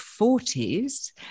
40s